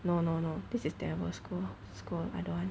no no no this is terrible scroll scroll I don't want